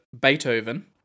Beethoven